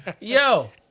Yo